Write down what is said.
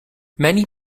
many